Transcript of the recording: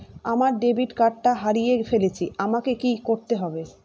আমার ডেবিট কার্ডটা হারিয়ে ফেলেছি আমাকে কি করতে হবে?